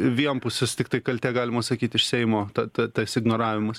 vienpusis tiktai kaltė galima sakyt iš seimo ta ta tas ignoravimas